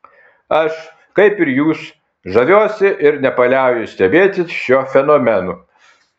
aš kaip ir jūs žaviuosi ir nepaliauju stebėtis šiuo fenomenu